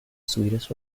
sweetest